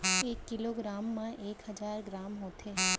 एक kilogram मा एक हजार ग्राम होथे